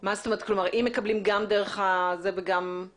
מה זאת אומרת, אם מקבלים גם דרך זה וגם ?